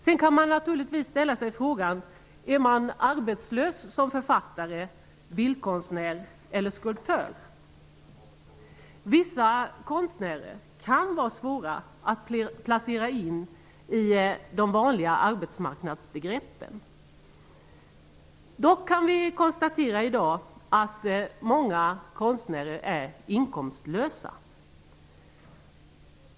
Sedan kan vi naturligtvis ställa oss frågan: Är man arbetslös som författare, bildkonstnär eller skulptör? Vissa konstnärer kan vara svåra att placera in i de vanliga arbetsmarknadsbegreppen. Vi kan dock i dag konstatera att många konstnärer är inkomstlösa.